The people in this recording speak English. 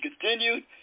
continued